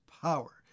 power